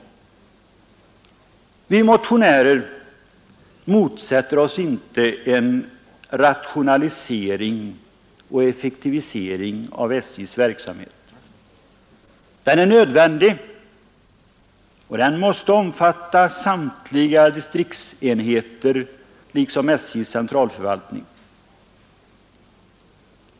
Vi motionärer motsätter oss inte en rationalisering och effektivisering av SJ:s verksamhet. Den är nödvändig och måste omfatta samtliga distriktsenheter liksom SJ:s centralförvaltning.